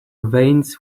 veins